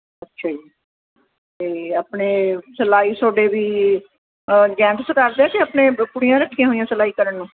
ਅੱਛਾ ਜੀ ਅਤੇ ਆਪਣੇ ਸਿਲਾਈ ਤੁਹਾਡੇ ਵੀ ਜੈਂਟਸ ਕਰਦੇ ਕਿ ਆਪਣੇ ਕੁੜੀਆਂ ਰੱਖੀਆਂ ਹੋਈਆਂ ਸਿਲਾਈ ਕਰਨ ਨੂੰ